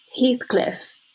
Heathcliff